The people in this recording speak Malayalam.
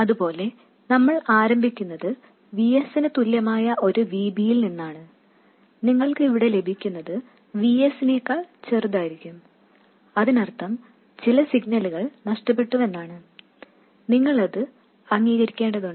അതുപോലെ നമ്മൾ ആരംഭിക്കുന്നത് Vs ന് തുല്യമായ ഒരു Vb യിൽ നിന്നാണ് നിങ്ങൾക്ക് ഇവിടെ ലഭിക്കുന്നത് Vs നേക്കാൾ ചെറുതായിരിക്കും അതിനർത്ഥം ചില സിഗ്നലുകൾ നഷ്ടപ്പെട്ടുവെന്നാണ് നിങ്ങൾ അത് അംഗീകരിക്കേണ്ടതുണ്ട്